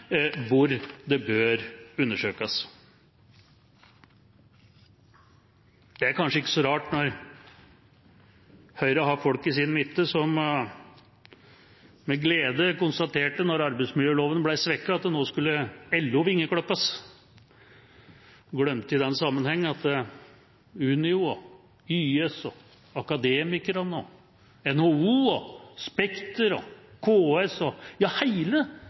hvor det bør undersøkes. Det er kanskje ikke så rart at Høyre har folk i sin midte som med glede konstaterte da arbeidsmiljøloven ble svekket, at nå skulle LO vingeklippes. De glemte i den sammenheng at Unio, YS, Akademikerne, NHO, Spekter og KS – ja,